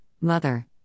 Mother